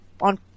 on